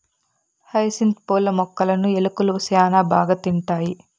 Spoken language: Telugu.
హైసింత్ పూల మొక్కలును ఎలుకలు శ్యాన బాగా తింటాయి